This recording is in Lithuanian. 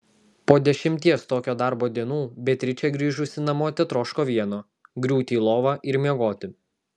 po dešimties tokio darbo dienų beatričė grįžusi namo tetroško vieno griūti į lovą ir miegoti